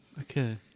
Okay